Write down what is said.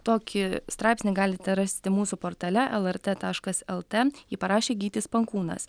tokį straipsnį galite rasti mūsų portale lrt taškas lt jį parašė gytis pankūnas